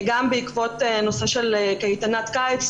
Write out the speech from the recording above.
גם בעקבות נושא של קייטנת קיץ,